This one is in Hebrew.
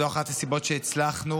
זו אחת הסיבות שהצלחנו